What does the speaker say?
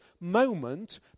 moment